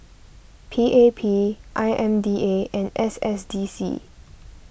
P A P I M D A and S S D C